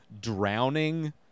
drowning